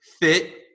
fit